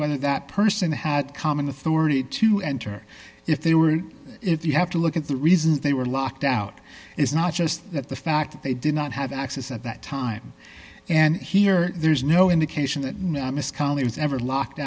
whether that person had common authority to enter if they were if you have to look at the reason they were locked out is not just that the fact that they did not have access at that time and here there's no indication that